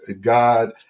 God